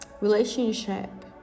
relationship